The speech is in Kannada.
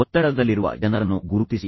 ಒತ್ತಡದಲ್ಲಿರುವ ಜನರನ್ನು ಗುರುತಿಸಿ